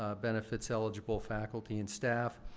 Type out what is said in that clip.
ah benefits-eligible faculty and staff.